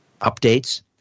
updates